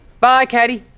bye catie.